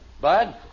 Bud